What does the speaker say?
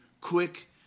quick